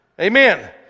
Amen